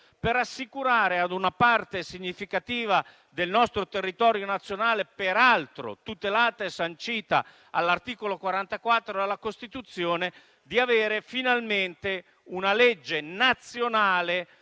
per assicurare ad una parte significativa del nostro territorio nazionale, peraltro tutelata e sancita dall'articolo 44 della Costituzione, di avere finalmente una legge nazionale